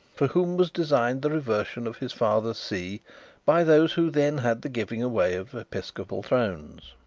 for whom was designed the reversion of his father's see by those who then had the giving away of episcopal thrones.